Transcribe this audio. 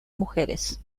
mujeres